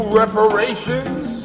reparations